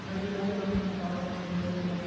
third year جب ہم pass out ہو رہے تھے تو